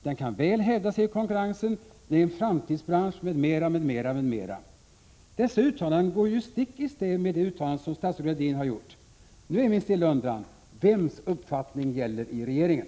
Den kan väl hävda sig i konkurrensen. Den är en framtidsbransch, m.m., m.m. Dessa uttalanden går stick i stäv mot de uttalanden som statsrådet Gradin har gjort. Nu är min stilla undran: Vems uppfattning gäller i regeringen?